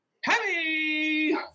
heavy